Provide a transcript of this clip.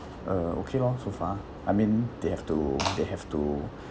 uh okay lor so far I mean they have to they have to